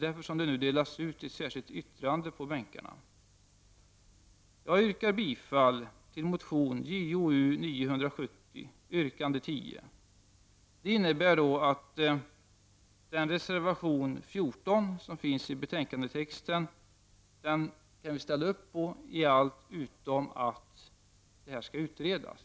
Därför delas det nu ut ett särskilt yrkande på ledamöternas bänkar av följande lydelse: Jag yrkar bifall till motion Jo970 yrkande 10. Det innebär att vi kan ställa upp på reservation 14 till betänkandet i allt utom det att frågan skall utredas.